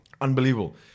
Unbelievable